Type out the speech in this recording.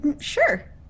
sure